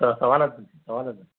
સ સવાલ જ નથી સવાલ જ નથી